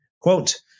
quote